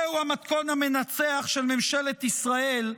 זהו המתכון המנצח של ממשלת ישראל,